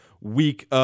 Week